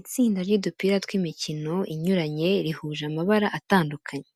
Itsinda ry’udupira tw’imikino inyuranye rihuje amabara atandukanye,